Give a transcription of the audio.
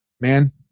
man